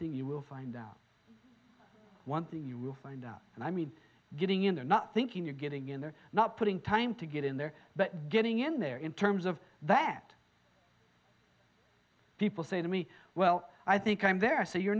thing you will find out one thing you will find out and i mean getting in or not thinking you're getting in there not putting time to get in there but getting in there in terms of that people say to me well i think i'm there so you're